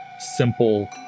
simple